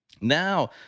now